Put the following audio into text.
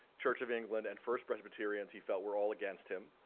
church of england and first presbyterians he felt were all against him.